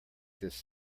this